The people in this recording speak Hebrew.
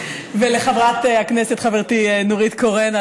ולחברתי חברת הכנסת נורית קורן,